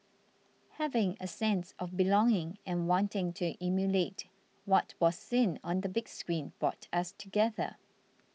having a sense of belonging and wanting to emulate what was seen on the big screen brought us together